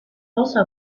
also